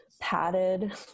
padded